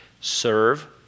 serve